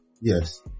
Yes